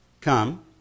come